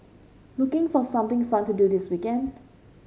looking for something fun to do this weekend